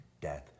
death